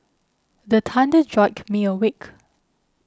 the thunder jolt me awake